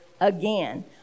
again